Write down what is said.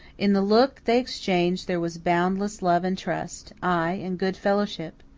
in the look they exchanged there was boundless love and trust ay, and good-fellowship.